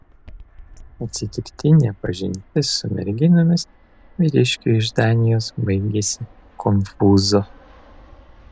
atsitiktinė pažintis su merginomis vyriškiui iš danijos baigėsi konfūzu